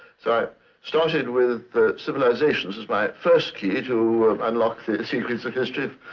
so i started with civilizations as my first key to unlock the secrets of history.